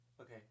Okay